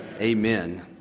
amen